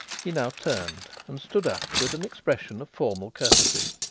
he now turned and stood up with an expression of formal courtesy.